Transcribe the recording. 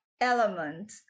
element